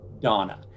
donna